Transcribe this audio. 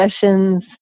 sessions